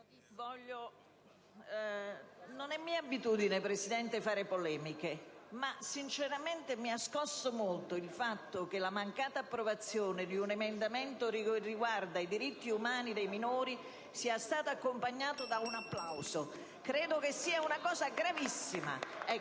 non è mia abitudine fare polemiche, ma sinceramente mi ha scosso molto il fatto che la mancata approvazione di un emendamento che riguarda i diritti umani dei minori sia stata accompagnata da un applauso. *(Applausi dal Gruppo